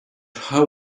how